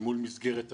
אל מול מסגרת אשראי,